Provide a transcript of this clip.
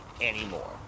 anymore